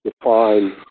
define